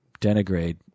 denigrate